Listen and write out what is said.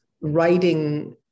writing